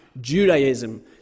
Judaism